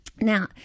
Now